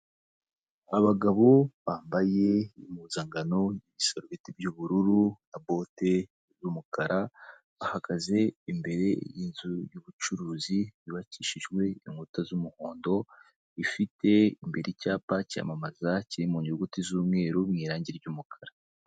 Abagabo bambaye impuzankano n'ibisarubeti by'ubururu na bote z'umukara, bahagaze imbere y'inzu y'ubucuruzi, yubakishijwe inkuta z'umuhondo, ifite imbere icyapa cyamamaza kiri mu nyuguti z'umweru mu irange ry'umukara.